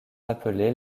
appelés